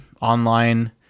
online